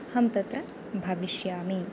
अहं तत्र भविष्यामि